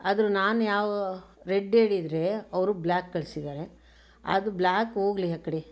ಆದರೂ ನಾನು ಯಾವ ರೆಡ್ ಹೇಳಿದರೆ ಅವರು ಬ್ಲ್ಯಾಕ್ ಕಳಿಸಿದ್ದಾರೆ ಅದು ಬ್ಲ್ಯಾಕ್ ಹೋಗಲಿ ಆ ಕಡೆ